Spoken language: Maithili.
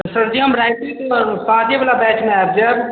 सरजी हम राइते के आयब साँझे बला बैचमे आयब जायब